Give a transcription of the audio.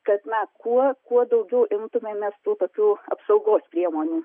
kad na kuo kuo daugiau imtumėmės tų tokių apsaugos priemonių